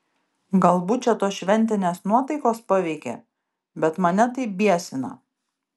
galbūt čia tos šventinės nuotaikos paveikė bet mane tai biesina